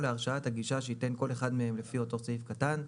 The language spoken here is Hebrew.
להרשאת הגישה שייתן כל אחד מהם לפי אותו סעיף קטן,